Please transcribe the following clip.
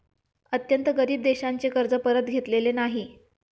अत्यंत गरीब देशांचे कर्ज परत घेतलेले नाही